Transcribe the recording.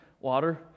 water